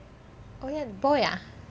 boy ah